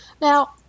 Now